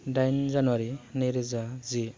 दाइन जानुवारि नैरोजा जि